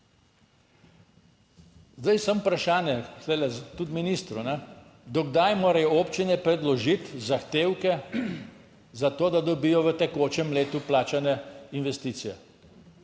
Zdaj samo vprašanje tule, tudi ministru, do kdaj morajo občine predložiti zahtevke za to, da dobijo v tekočem letu plačane investicije?